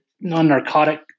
non-narcotic